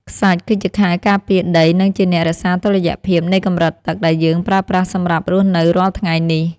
ខ្សាច់គឺជាខែលការពារដី និងជាអ្នករក្សាតុល្យភាពនៃកម្រិតទឹកដែលយើងប្រើប្រាស់សម្រាប់រស់នៅរាល់ថ្ងៃនេះ។